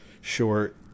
short